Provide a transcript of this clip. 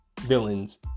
villains